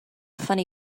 funny